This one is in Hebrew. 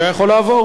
הוא היה יכול לעבור.